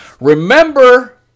Remember